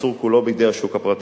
מסור כולו בידי השוק הפרטי.